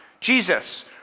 Jesus